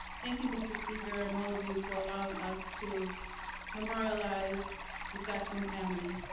thank you, mr. speaker, and all of you for allowing us to memorialize the sassoon family